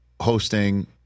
hosting